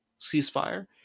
ceasefire